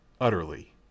utterly